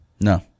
No